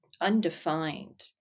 undefined